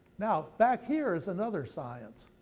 now back here is another science,